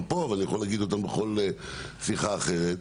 פה אבל אוכל לומר אותם בכל שיחה אחרת,